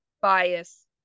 bias